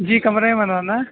جی کمرے میں ہی بنوانا ہے